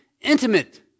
intimate